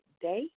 day